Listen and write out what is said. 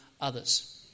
others